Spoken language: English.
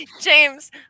James